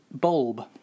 Bulb